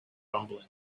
rumbling